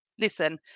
Listen